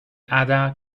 ada